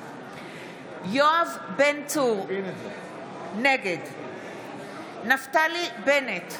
יואב בן צור, נגד נפתלי בנט,